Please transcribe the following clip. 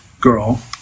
girl